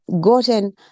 gotten